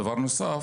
דבר נוסף,